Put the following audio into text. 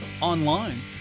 online